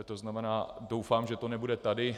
To znamená, doufám, že to nebude tady.